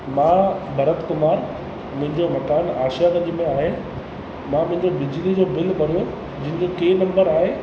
मां भरत कुमार मुंहिंजो मकान आशावदी में आहे मां मुंहिंजे बिजली जो बिल भरियो जंहिंजो की नम्बर आहे